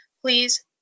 Please